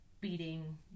beating